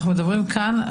אנחנו מדברים כאן,